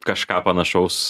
kažką panašaus